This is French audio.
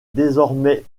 désormais